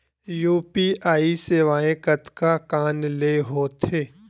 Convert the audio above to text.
UPI सेवाएं कतका कान ले हो थे?